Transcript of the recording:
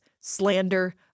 slander